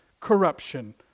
corruption